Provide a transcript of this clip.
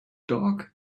dog